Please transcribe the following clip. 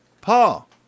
Paul